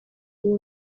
uwo